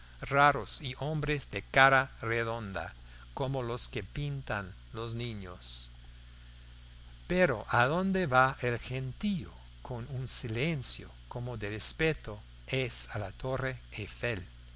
raros y hombres de cara redonda como los que pintan los niños pero adonde va el gentío con un silencio como de respeto es a la torre eiffel